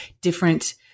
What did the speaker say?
different